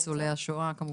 וניצולי השואה כמובן.